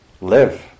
live